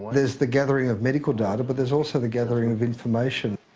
there's the gathering of medical data, but there's also the gathering of information.